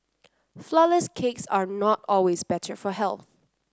flourless cakes are not always better for health